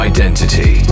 Identity